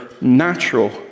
natural